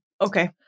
Okay